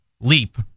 leap